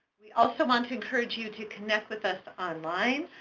we also want to encourage you to connect with us online,